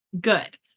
Good